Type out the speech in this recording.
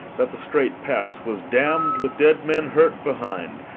that the strait pass was damm'd with dead men hurt behind,